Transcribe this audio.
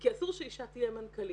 כי אסור שאישה תהיה מנכ"לית.